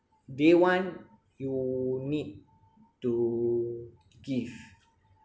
day one you need to give